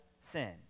sin